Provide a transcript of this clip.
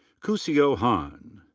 kyuseo han.